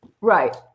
Right